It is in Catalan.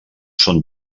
són